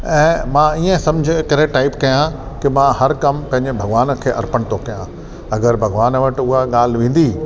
ऐं मां ईअं सम्झी करे टाईप कयां की मां हर कमु पंहिंजे भॻिवान खे अर्पण थो कयां अगरि भॻिवानु वटि उहा ॻाल्हि वेंदी